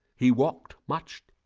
he walked much,